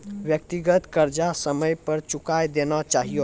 व्यक्तिगत कर्जा समय पर चुकाय देना चहियो